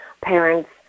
parents